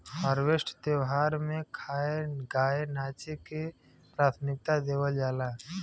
harvest त्यौहार में खाए, गाए नाचे के प्राथमिकता देवल जाला